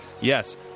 yes